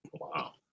Wow